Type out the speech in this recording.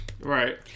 right